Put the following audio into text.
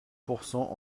pourcent